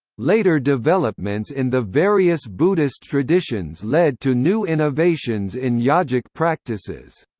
later developments in the various buddhist traditions led to new innovations in yogic practices.